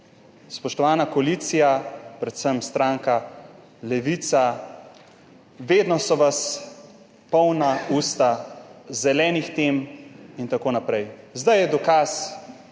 Spoštovana koalicija, predvsem stranka Levica, vedno so vas polna usta zelenih tem in tako naprej. Zdaj je dokaz,